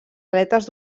aletes